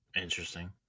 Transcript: Interesting